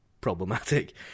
problematic